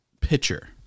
pitcher